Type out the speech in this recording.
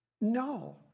No